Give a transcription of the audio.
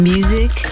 Music